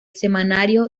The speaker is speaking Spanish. semanario